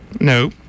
No